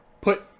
Put